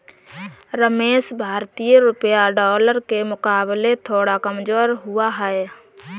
रमेश भारतीय रुपया डॉलर के मुकाबले थोड़ा कमजोर हुआ है